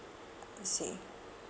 I see